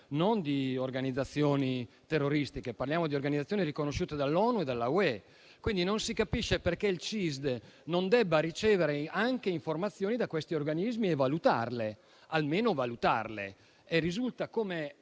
non di organizzazioni terroristiche, ma di organizzazioni riconosciute dall'ONU e dall'UE. Non si capisce perché il CISD non debba ricevere informazioni anche da quegli organismi e almeno valutarle.